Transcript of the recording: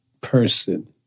person